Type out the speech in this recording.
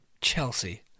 Chelsea